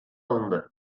alındı